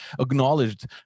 acknowledged